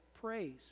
praise